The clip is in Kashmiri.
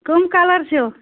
کَم کَلر چھِو